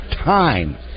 time